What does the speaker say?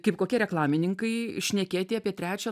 kaip kokie reklamininkai šnekėti apie trečią